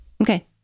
okay